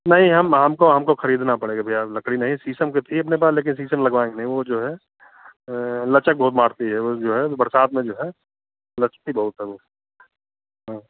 नहीं हम हमको हमको ख़रीदना पड़ेगा भैया लकड़ी नहीं शीशम की थी आपने पास लेकिन शीशम लगवाएंगे नहीं वह जो है लचक बहुत मारती है वह जो है बरसात में जो है लचती बहुत है वह हाँ